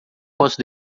posso